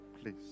Please